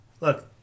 Look